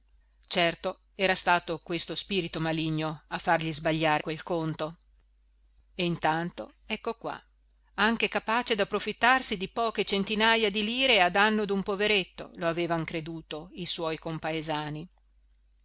certo era stato questo spirito maligno a fargli sbagliare quel conto e intanto ecco qua anche capace d'approfittarsi di poche centinaja di lire a danno d'un poveretto lo avevan creduto i suoi compaesani